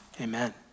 amen